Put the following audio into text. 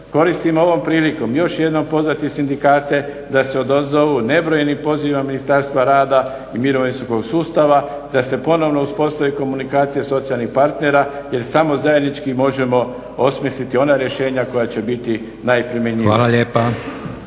Koristim ovom prilikom još jednom pozvati sindikate da se odazovu nebrojenim pozivima Ministarstva rada i mirovinskog sustava, da se ponovno uspostavi komunikacija socijalnih partnera jer samo zajednički možemo osmisliti ona rješenja koja će biti najprimjenjivija.